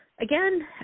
again